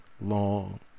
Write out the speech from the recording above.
long